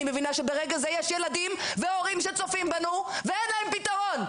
אני מבינה שברגע זה יש ילדים והורים שצופים בנו ואין להם פתרון.